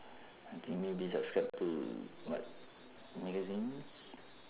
I think maybe subscribe to what magazines